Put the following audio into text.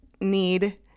need